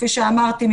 כפי שאמרתי,